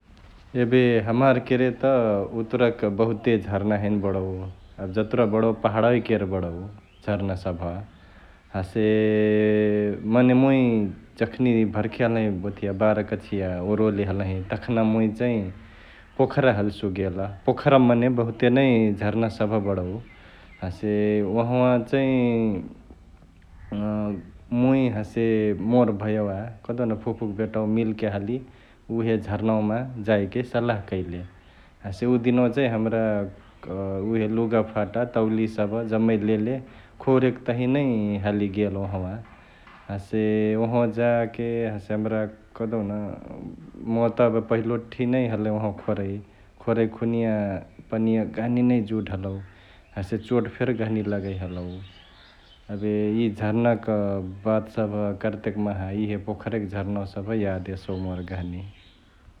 एबे हामर केरे त उतुराक बहुते झारना हैने बडौ एबे जतुरा बडौ पहाडवा केरे बडौ झारना सभ । हसे मने मुइ जखनी भर्खे हलही ओथिया बाह्र कक्ष्या ओरोले हलही तखना मुइ चैं पोखरा हल्सु गेल्, पोखरामा मने बहुते नै झारना सभ बडौ, हसे ओहवा चैं मुइ हसे मोर भय्वा कहदेउन फुफुक बेटवा मिल्के हाली उहे झारनावामा जाइके सल्लाह कैले, हसे उ दिनवा चैं हमरा उहे लुगा फटा ,तौली सभ जम्मै लेले खोरेक तहिया नै हाली गेल ओहावा । हसे ओहावा जाके हसे हमरा कहदेउन मुइ त एबे पहिलोठी नै हलही उहावा खोरै । खोरैक खुनिया पनिया गहनी नै जुड हलौ हसे चोट फेरी गहनी लगै हलौ । एबे इ झारनाक बात सभ करतेक माहा इहे पोखराक झारनावा सभ याद एसौ मोर गहनी ।